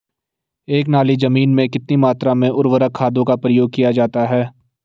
एक नाली जमीन में कितनी मात्रा में उर्वरक खादों का प्रयोग किया जाता है?